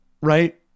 right